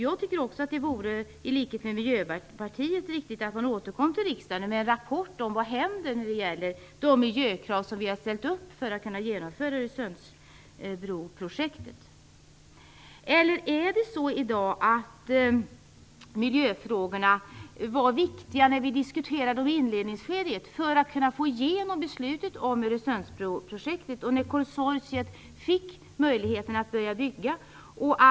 I likhet med Miljöpartiet tycker jag att det är viktigt att man återkommer till riksdagen med en rapport om vad som händer med de miljökrav som har ställts för att Öresundsbroprojektet skall kunna genomföras. Var miljöfrågorna bara viktiga när vi diskuterade dem i inledningskedet, när konsortiet fick möjligheten att börja bygga, och för att kunna få igenom beslutet om Öresundsbroprojektet?